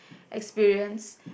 experience